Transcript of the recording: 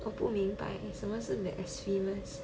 我不明白什么是 blasphemous